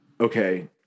Okay